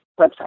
website